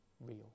real